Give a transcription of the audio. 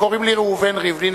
קוראים לי ראובן ריבלין,